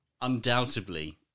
undoubtedly